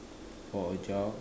for a jog